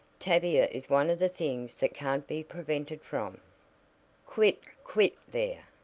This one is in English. tavia is one of the things that can't be prevented from quit! quit there!